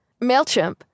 MailChimp